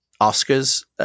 Oscars